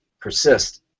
persist